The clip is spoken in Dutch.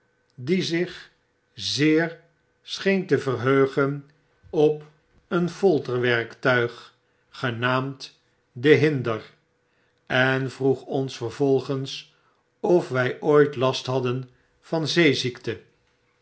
die zich zeer scheen te verheugen op een folterwerktuig genaamd de hinder en vroeg ons vervolgens of wy ooit last hadden van zeeziekte